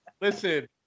listen